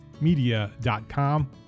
media.com